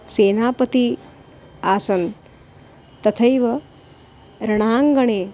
सेनापतिः आसन् तथैव रणाङ्गणे